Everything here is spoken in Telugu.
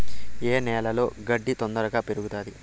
ఏ నేలలో గడ్డి తొందరగా పెరుగుతుంది